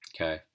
Okay